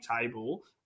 table